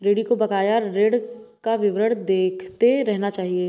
ऋणी को बकाया ऋण का विवरण देखते रहना चहिये